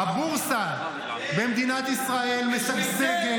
הבורסה במדינת ישראל משגשגת,